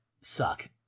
suck